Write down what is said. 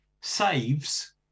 saves